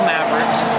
Mavericks